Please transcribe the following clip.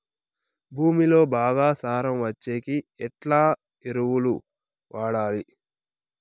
భూమిలో బాగా సారం వచ్చేకి ఎట్లా ఎరువులు వాడాలి?